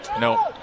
No